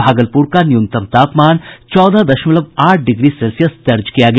भागलुपर का न्यूनतम तापमान चौदह दशमलव आठ डिग्री सेल्सियस दर्ज किया गया